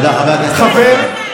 חבר הכנסת יוראי.